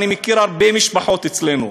אני מכיר הרבה משפחות אצלנו,